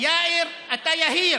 יאיר, אתה יהיר,